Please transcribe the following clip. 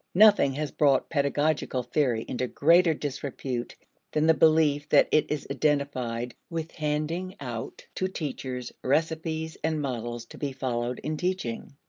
nothing has brought pedagogical theory into greater disrepute than the belief that it is identified with handing out to teachers recipes and models to be followed in teaching.